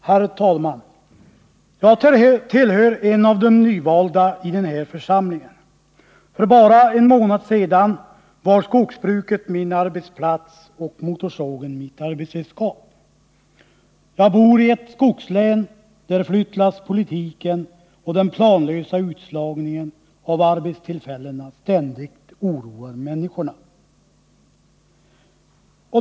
Herr talman! Jag tillhör de nyvalda i den här församlingen. För bara en månad sedan var skogen min arbetsplats och motorsågen mitt arbetsredskap. Jag bor i ett skogslän där flyttlasspolitiken och den planlösa utslagningen av arbetstillfällena ständigt oroar människorna.